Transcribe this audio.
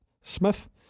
Smith